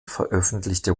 veröffentlichte